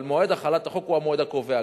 אבל מועד החלת החוק הוא המועד הקובע.